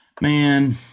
man